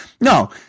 No